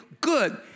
good